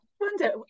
wonder